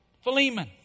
Philemon